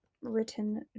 written